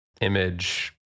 image